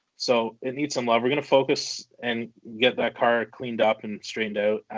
so, it needs some love. we're going to focus and get that car cleaned up and straightened out.